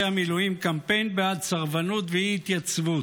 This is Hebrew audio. המילואים קמפיין בעד סרבנות ואי-התייצבות.